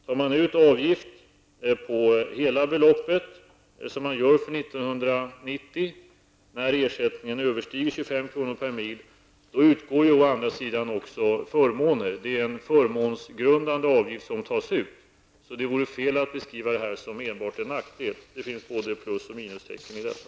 Tar man ut avgift på hela beloppet, vilket man gör för år 1990 när ersättningen överstiger 25 kr./mil, utgår å andra sidan också förmåner. Det är en förmånsgrundande avgift som tas ut. Det vore därför fel att beskriva detta som enbart en nackdel. Det finns både plus och minustecken i detta.